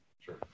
Sure